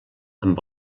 amb